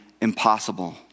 impossible